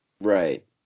Right